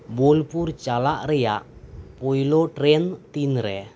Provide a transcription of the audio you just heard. ᱵᱳᱞᱯᱩᱨ ᱪᱟᱞᱟᱜ ᱨᱮᱭᱟᱜ ᱯᱳᱭᱞᱳ ᱴᱨᱮᱹᱱ ᱛᱤᱱ ᱨᱮ